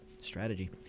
Strategy